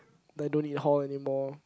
then don't need hall anymore